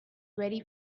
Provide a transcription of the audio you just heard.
very